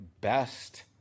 best